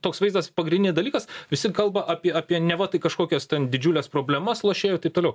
toks vaizdas pagrindinė dalykas visi kalba apie apie neva tai kažkokias ten didžiules problemas lošėjų tai toliau